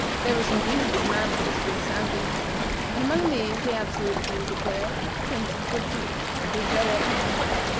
there were some beautiful mountains to the south-east and among these, the absolute fool declared, a prince of good taste would be very apt to dwell.